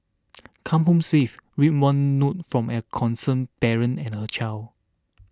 come home safe read one note from a concerned parent and her child